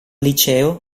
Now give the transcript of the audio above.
liceo